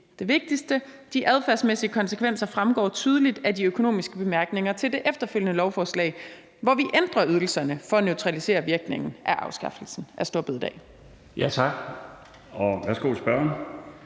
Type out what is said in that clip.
det vigtigste – de erhvervsmæssige konsekvenser fremgår tydeligt af de økonomiske bemærkninger til det efterfølgende lovforslag, hvor vi ændrer ydelserne for at neutralisere virkningen af afskaffelsen